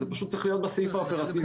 זה פשוט צריך להיות בסעיף האופרטיבי.